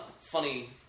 funny